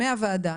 מהוועדה,